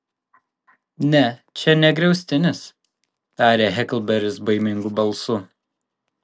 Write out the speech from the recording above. ne čia ne griaustinis tarė heklberis baimingu balsu